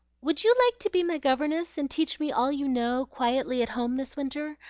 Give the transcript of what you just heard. would you like to be my governess and teach me all you know, quietly, at home this winter?